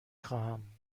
خواهم